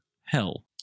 hell